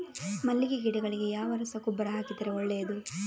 ಮಲ್ಲಿಗೆ ಗಿಡಗಳಿಗೆ ಯಾವ ರಸಗೊಬ್ಬರ ಹಾಕಿದರೆ ಒಳ್ಳೆಯದು?